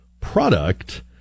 product